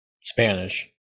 Spanish